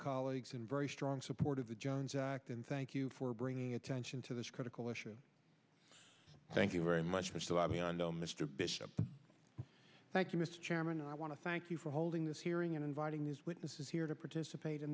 colleagues in very strong support of the jones act and thank you for bringing attention to this critical issue thank you very much but still i mean i know mr bishop thank you mr chairman i want to thank you for holding this hearing and inviting these witnesses here to participate in